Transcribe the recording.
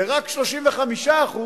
ורק 35%